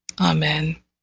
Amen